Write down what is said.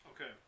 Okay